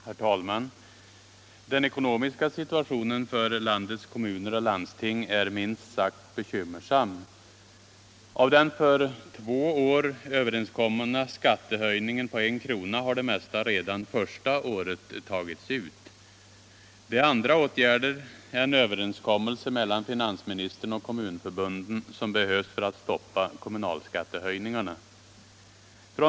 Herr talman! Den ekonomiska situationen för landets kommuner och landsting är minst sagt bekymmersam. Av den för två år överenskomna skattehöjningen på 1 kr. har det mesta redan första året tagits ut. Det är andra åtgärder än överenskommelser mellan finansministern och kommunförbunden som behövs för att stoppa kommunalskattehöjningarna.